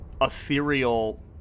ethereal